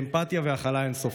באמפתיה ובהכלה אין-סופית,